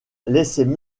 laissaient